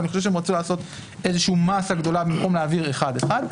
אבל אני חושב שהם רצו לעשות איזושהי מסה גדולה במקום להעביר אחד-אחד.